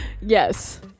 Yes